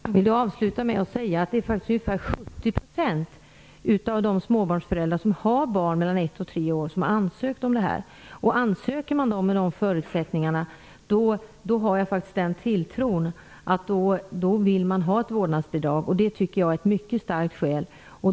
Herr talman! Jag vill avsluta med att säga att det faktiskt är ungefär 70 % av de småbarnsföräldrar som har barn mellan ett och tre år som har ansökt om vårdnadsbidraget. Ansöker man om det med de givna förutsättningarna tror jag faktiskt att man vill ha ett vårdnadsbidrag. Det tycker jag är ett mycket starkt skäl.